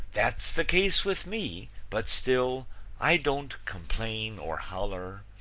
that's the case with me, but still i don't complain or holler,